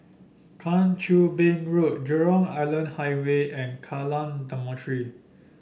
Kang Choo Bin Road Jurong Island Highway and Kallang Dormitory